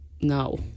No